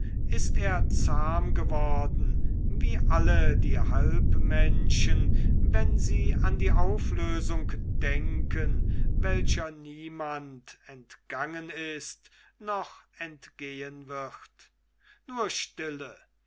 ist er zahm geworden wie alle die halbmenschen wenn sie an die auflösung denken welcher niemand entgangen ist noch entgehen wird nur stille